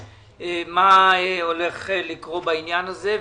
מה הולך לקרות בעניין הזה.